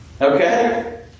Okay